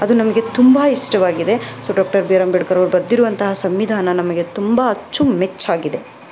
ಅದು ನಮಗೆ ತುಂಬ ಇಷ್ಟವಾಗಿದೆ so doctor B R Ambedkar ಅವರು ಬರೆದಿರುವಂತಹ ಸಂವಿಧಾನ ನಮಗೆ ತುಂಬ ಅಚ್ಚುಮೆಚ್ಚಾಗಿದೆ